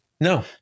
No